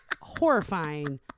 horrifying